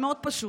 מאוד פשוט.